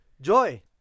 Joy